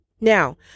Now